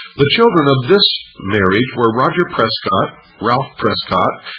the children of this marriage were roger prescott, ralph prescott,